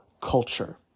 culture